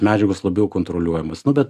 medžiagos labiau kontroliuojamas nu bet